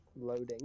loading